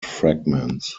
fragments